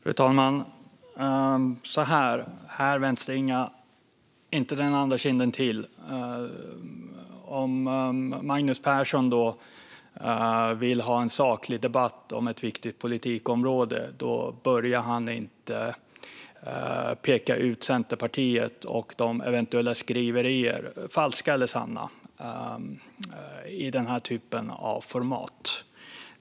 Fru talman! Här vänds inte andra kinden till. Om Magnus Persson vill ha en saklig debatt om ett viktigt politikområde ska han inte börja med att peka ut Centerpartiet och eventuella skriverier - falska eller sanna - i den här typen av format.